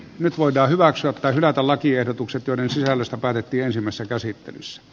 nyt voidaan hyväksyä tai hylätä lakiehdotukset joiden sisällöstä päätettiinsemmassa käsittelyssä